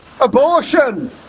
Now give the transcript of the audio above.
abortion